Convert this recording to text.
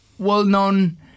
well-known